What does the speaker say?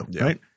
right